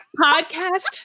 podcast